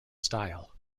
style